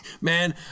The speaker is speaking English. Man